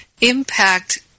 impact